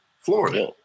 Florida